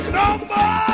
number